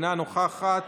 אינה נוכחת,